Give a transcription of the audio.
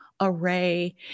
array